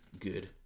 good